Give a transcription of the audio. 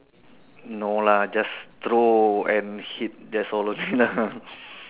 no lah just throw and hit that's all only lah